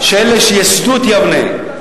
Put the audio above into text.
שאלה שייסדו את יבנה,